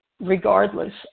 regardless